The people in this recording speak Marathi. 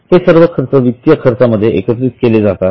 हे सर्व खर्च वित्तीय खर्चामध्ये एकत्रित केले जातात